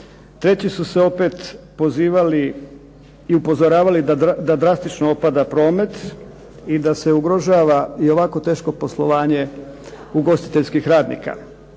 Treći su se opet pozivali i upozoravali da drastično opada promet i da se ugrožava i ovako teško poslovanje ugostiteljskih radnika.